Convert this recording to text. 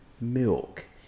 milk